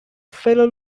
fellow